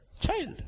child